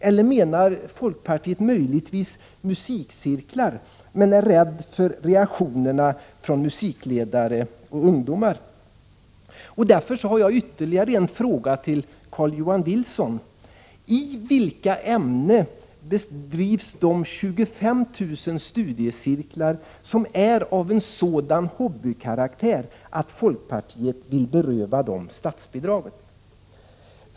Eller menar folkpartiet möjligen musikcirklar men är rädda för reaktioner från musikledare och ungdomar? Därför har jag ytterligare en fråga till Carl-Johan Wilson: I vilka ämnen bedrivs de 25 000 studiecirklar som är av sådan hobbykaraktär att folkpartiet vill beröva dem statsbidrag?